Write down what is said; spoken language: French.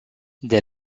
dès